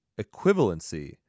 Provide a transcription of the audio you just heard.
Equivalency